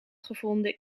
gevonden